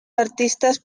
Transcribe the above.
artistas